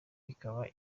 ikaba